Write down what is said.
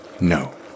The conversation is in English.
No